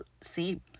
seems